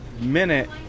minute